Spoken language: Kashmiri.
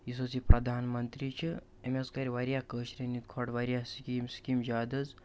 یُس حظ یہِ پرٛدھان منتِرٛی چھِ أمۍ حظ کٔرۍ واریاہ کٲشرٮ۪ن ہِنٛدۍ کھۄڑ واریاہ سِکیٖم سِکیٖم زیادٕ حظ